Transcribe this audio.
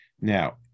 Now